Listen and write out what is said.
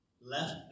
left